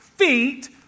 feet